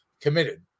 committed